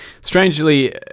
Strangely